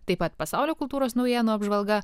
taip pat pasaulio kultūros naujienų apžvalga